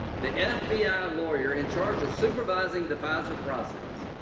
the f b i. lawyer in charge of supervising the fisa process